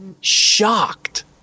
shocked